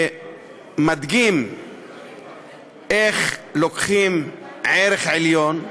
שמדגים איך לוקחים ערך עליון,